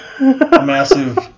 massive